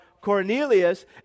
Cornelius